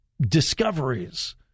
discoveries